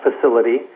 facility